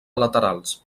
laterals